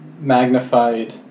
magnified